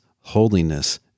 holiness